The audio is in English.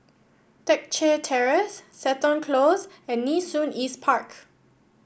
Teck Chye Terrace Seton Close and Nee Soon East Park